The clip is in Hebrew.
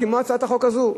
כמו הצעת החוק הזאת,